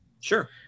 Sure